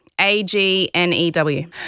A-G-N-E-W